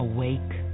Awake